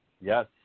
Yes